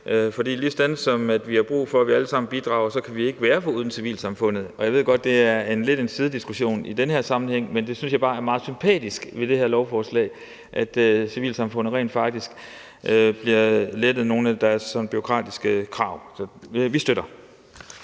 For ligesom vi har brug for, at vi alle sammen bidrager, kan vi ikke være foruden civilsamfundet, og jeg ved godt, at det lidt er en sidediskussion i den her sammenhæng, men jeg synes bare, det er meget sympatisk ved det her lovforslag, at civilsamfundet rent faktisk bliver lettet for nogle af de bureaukratiske krav. Så vi støtter.